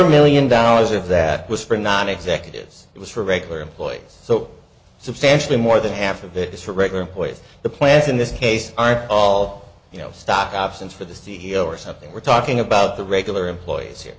a million dollars if that was for not executives it was for regular employees so substantially more than half of it is for regular employees the plants in this case are all you know stock options for the c e o or something we're talking about the regular employees here